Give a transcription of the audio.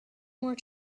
more